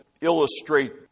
illustrate